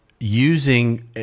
using